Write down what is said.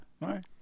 right